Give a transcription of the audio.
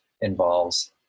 involves